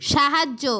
সাহায্য